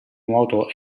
nuoto